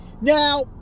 Now